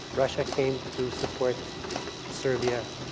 russia came to support serbia.